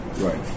Right